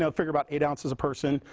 so figure about eight ounce as person,